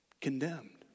Condemned